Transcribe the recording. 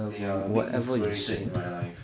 they are a big inspiration in my life